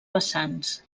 vessants